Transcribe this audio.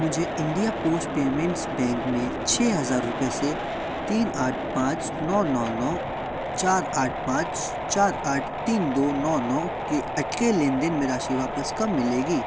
मुझे India Post Payments Bank में छः हज़ार रुपये से तीन आठ पाँच नौ नौ नौ चार आठ पाँच चार आठ तीन दो नो नो के अटके लेनदेन में राशि वापस कब मिलेगी